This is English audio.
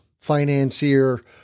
financier